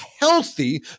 healthy